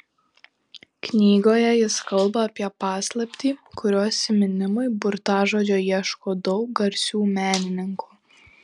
knygoje jis kalba apie paslaptį kurios įminimui burtažodžio ieško daug garsių menininkų